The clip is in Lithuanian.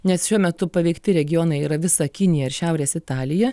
nes šiuo metu paveikti regionai yra visa kinija ir šiaurės italija